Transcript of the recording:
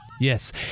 Yes